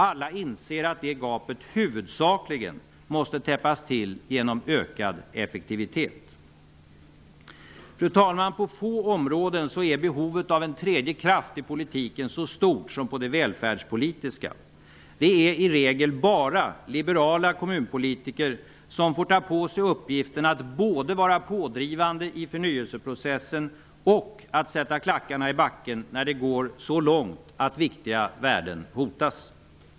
Alla inser att det gapet huvudsakligen måste täppas till genom ökad effektivitet. Fru talman! På få områden är behovet av en tredje kraft i politiken så stort som på det välfärdspolitiska. Det är i regel bara liberala kommunpolitiker som får ta på sig uppgiften att både vara pådrivande i förnyelseprocessen och sätta klackarna i backen när det går så långt att viktiga värden hotas.